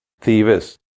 Thieves